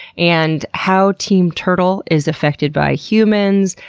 and how team turtle is affected by humans,